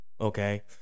okay